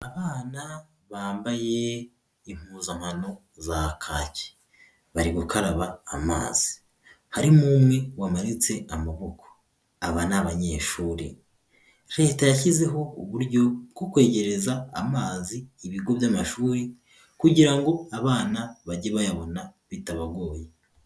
Abana bambaye impuzankano za kaki, bari gukaraba amazi. Harimo umwe wamanitse amaboko. Aba ni abanyeshuri. Leta yashyizeho uburyo bwo kwegereza amazi ibigo by'amashuri kugira ngo abana bajye bayabona bitabagoye.